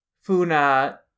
Funa